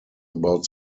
about